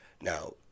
now